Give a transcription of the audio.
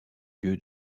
lieu